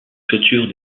toitures